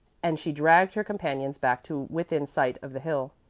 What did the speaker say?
and she dragged her companions back to within sight of the hill.